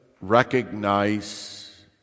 recognize